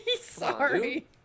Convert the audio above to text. Sorry